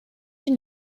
die